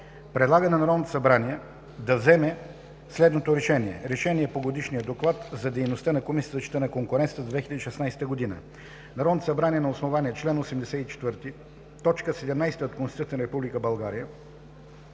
Предлага на Народното събрание да вземе следното решение: „Проект! РЕШЕНИЕ по Годишния доклад за дейността на Комисията за защита на конкуренцията за 2016 г. Народното събрание на основание чл. 84, т. 17 от Конституцията на Република България